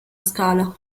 scala